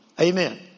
Amen